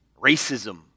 racism